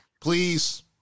Please